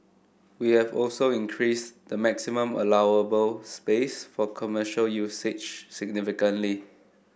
we have also increased the maximum allowable space for commercial usage significantly